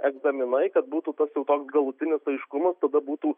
egzaminai kad būtų tas jau toks galutinis aiškumas tada būtų